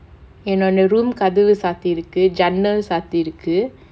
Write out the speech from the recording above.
என்னோட:ennoda room கதவு சாத்தி இருக்கு ஜன்னல் சாத்தி இருக்கு:kathavu saathi irukku jannal saathi irukku